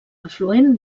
afluent